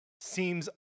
seems